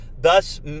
Thus